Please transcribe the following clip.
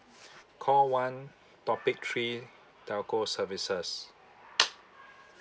call one topic three telco services